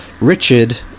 Richard